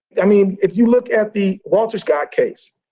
i mean, if you look at the walter scott case.